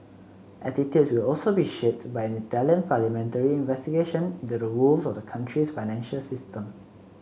attitudes will also be shaped by an Italian parliamentary investigation into the woes of the country's financial system